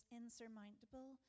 insurmountable